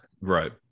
Right